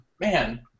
man